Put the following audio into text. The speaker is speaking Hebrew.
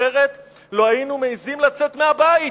אחרת לא היינו מעזים לצאת מהבית.